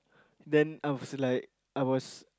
then I was like I was